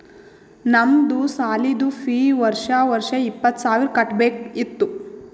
ನಮ್ದು ಸಾಲಿದು ಫೀ ವರ್ಷಾ ವರ್ಷಾ ಇಪ್ಪತ್ತ ಸಾವಿರ್ ಕಟ್ಬೇಕ ಇತ್ತು